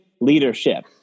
leadership